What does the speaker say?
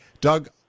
Doug